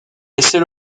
laissez